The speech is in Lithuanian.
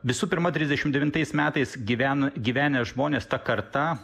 visų pirma trisdešim devintais metais gyven gyvenę žmonės ta karta